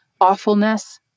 awfulness